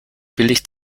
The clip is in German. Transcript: billig